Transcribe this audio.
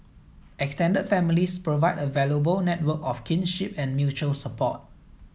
extended families provide a valuable network of kinship and mutual support